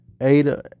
Ada